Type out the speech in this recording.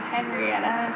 Henrietta